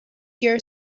your